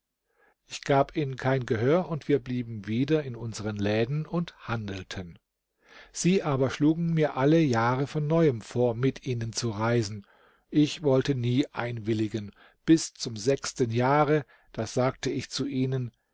ich gab ihnen kein gehör und wir blieben wieder in unseren läden und handelten sie aber schlugen mir alle jahre von neuem vor mit ihnen zu reisen ich wollte nie einwilligen bis zum sechsten jahre da sagte ich zu ihnen